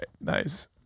Nice